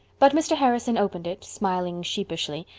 but mr. harrison opened it, smiling sheepishly,